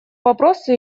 вопросу